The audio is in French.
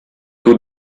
taux